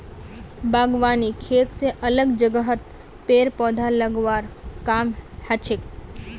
बागवानी खेत स अलग जगहत पेड़ पौधा लगव्वार काम हछेक